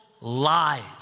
lies